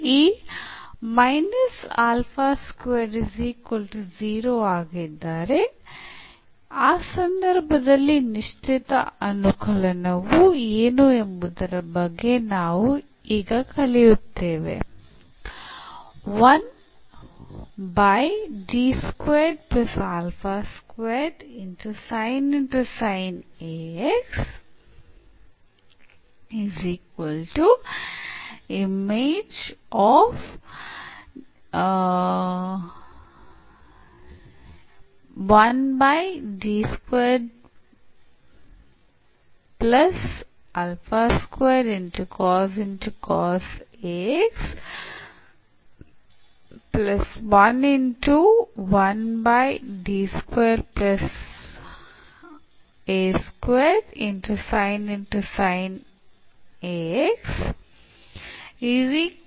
ಈ ಆಗಿದ್ದರೆ ಆ ಸಂದರ್ಭದಲ್ಲಿ ನಿಶ್ಚಿತ ಅನುಕಲನವು ಏನು ಎಂಬುದರ ಬಗ್ಗೆ ನಾವು ಈಗ ಕಲಿಯುತ್ತೇವೆ